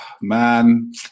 Man